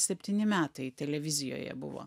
septyni metai televizijoje buvo